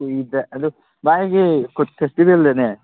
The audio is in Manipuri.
ꯀꯨꯏꯗ꯭ꯔꯦ ꯑꯗꯨ ꯚꯥꯏ ꯍꯣꯏꯒꯤ ꯀꯨꯠ ꯐꯦꯁꯇꯤꯕꯦꯜꯗꯅꯦ